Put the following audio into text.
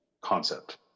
concept